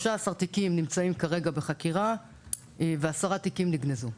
13 תיקים נמצאים כרגע בחקירה ו-10 תיקים נגנזו.